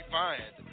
fine